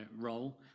role